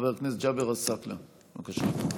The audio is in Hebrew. חבר הכנסת ג'אבר עסאקלה, בבקשה.